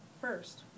First